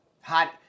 Hot